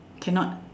cannot